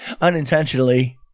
unintentionally